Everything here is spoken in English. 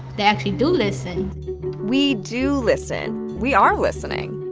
they actually do listen we do listen. we are listening.